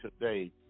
today